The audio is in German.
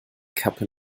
kappe